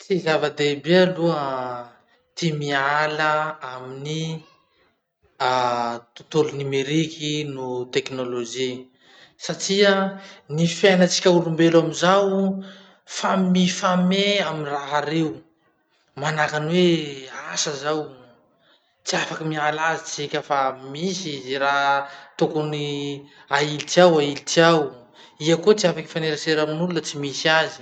Tsy zava-dehibe aloha ty miala amin'ny ah tontolo nomeriky no tekinolojy satria ny fiainantsika olombelo amizao fa mifamehy amy raha reo. Manahaky any hoe asa zao, tsy afaky miala azy tsika fa misy ze raha tokony ailitsy ao ailitsy ao. Iha koa tsy afaky hifanerasera amin'olo laha tsy misy azy.